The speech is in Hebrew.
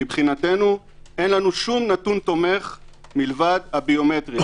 מבחינתנו אין לנו שום נתון תומך מלבד הביומטרי,